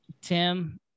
Tim